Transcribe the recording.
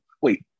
wait